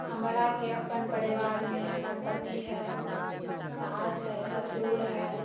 हमराके अपन परिवारमे हमर पति है सास है ससुर है